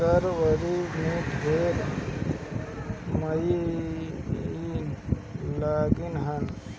दँवरी में ढेर मनई लगिहन